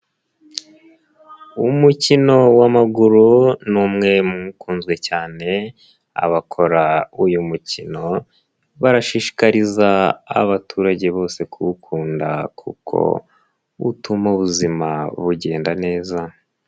Umukino w'amaguru ni umwe mukunzwe cyane abakora uyu mukino barashishikariza abaturage bose kuwukunda kuko utuma ubuzima bugenda neza.